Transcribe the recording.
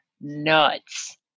nuts